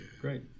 great